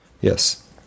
Yes